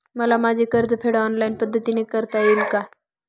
मला माझे कर्जफेड ऑनलाइन पद्धतीने करता येईल का?